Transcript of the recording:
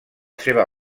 seva